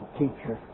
teacher